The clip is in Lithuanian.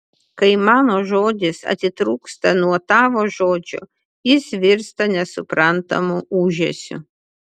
kai mano žodis atitrūksta nuo tavo žodžio jis virsta nesuprantamu ūžesiu